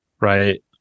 right